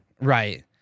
Right